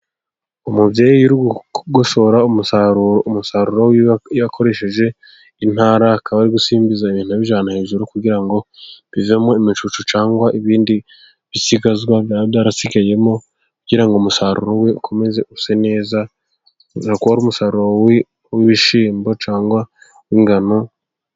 Umubyeyi uri kugosora umusaruro akoresheje intara, akaba ari gusimbiza ibintu abijyana hejuru kugira ngo bivemo imicucu, cyangwa ibindi bisigazwa byaba byarasigayemo, kugira ngo umusaruro we ukomeze use neza, uza kuba ari umusaruro w'ibishyimbo cyangwa w'ingano